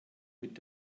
mit